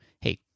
hey